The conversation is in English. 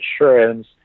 insurance